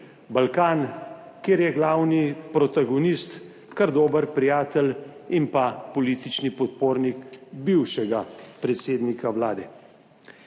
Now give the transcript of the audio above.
Balkan, kjer je glavni protagonist kar dober prijatelj in pa politični podpornik bivšega predsednika Vlade.